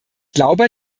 glaube